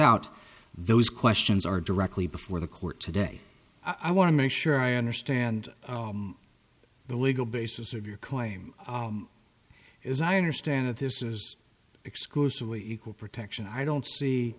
out those questions are directly before the court today i want to make sure i understand the legal basis of your claim is i understand that this is exclusively equal protection i don't see